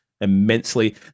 immensely